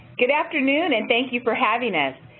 good afternoon and thank you for having us.